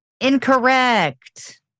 Incorrect